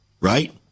right